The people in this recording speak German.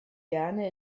gerne